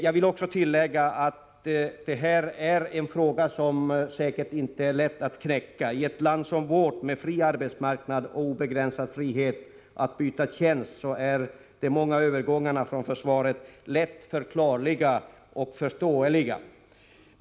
Jag vill också tillägga att detta är en fråga som säkert inte är lätt att lösa. I ett land som vårt med fri arbetsmarknad och obegränsad frihet att byta tjänst är de många övergångarna från försvaret lätt förklarliga och förståeliga.